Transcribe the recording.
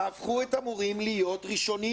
תהפכו את המורים להיות ראשונים,